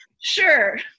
sure